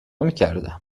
میکردم